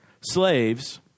Slaves